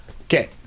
Okay